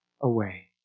away